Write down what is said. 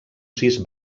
sis